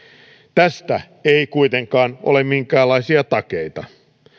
tästä ei kuitenkaan ole minkäänlaisia takeita